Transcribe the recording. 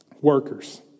Workers